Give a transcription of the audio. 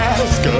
ask